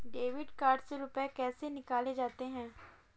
Debit card से रुपये कैसे निकाले जाते हैं?